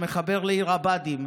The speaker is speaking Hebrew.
שמחבר לעיר הבה"דים,